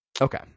Okay